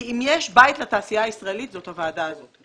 אם יש בית לתעשייה הישראלית, זאת הוועדה הזאת.